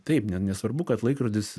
taip ne nesvarbu kad laikrodis